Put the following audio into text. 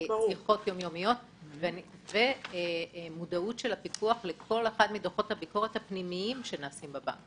שיחות יום יומיות ומודעות לכל אחד מדוחות הביקורת הפנימיים שנעשים בבנק.